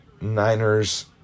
Niners